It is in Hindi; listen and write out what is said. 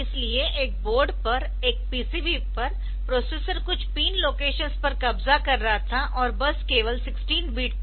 इसलिए एक बोर्ड पर एक पीसीबी पर प्रोसेसर कुछ पिन लोकेशंस पर कब्जा कर रहा था और बस केवल 16 बिट था